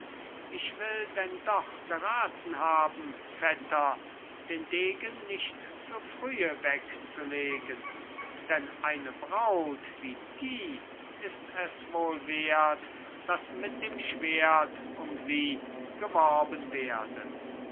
ich will denn doch geraten haben vetter den degen nicht zu frühe wegzulegen denn eine braut wie die ist es wohl wert daß mit dem schwert um sie geworben werde